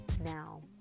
now